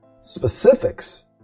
specifics